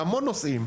אלא בהמון נושאים.